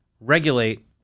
regulate